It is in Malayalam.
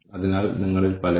അതിനാൽ നമ്മൾ കണ്ടെത്തുന്നു